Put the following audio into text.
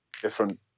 different